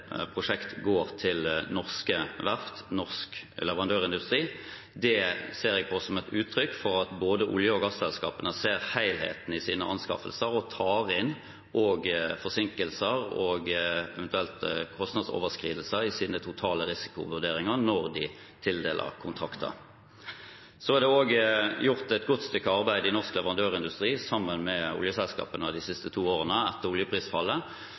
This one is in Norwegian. prosjekt går til norske verft, norsk leverandørindustri. Det ser jeg på som et uttrykk for at olje- og gasselskapene både ser helheten i sine anskaffelser og også tar inn forsinkelser og eventuelle kostnadsoverskridelser i sine totale risikovurderinger når de tildeler kontrakter. Det er også gjort et godt stykke arbeid i norsk leverandørindustri sammen med oljeselskapene de to siste årene, etter oljeprisfallet,